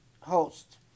host